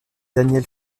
daniel